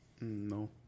No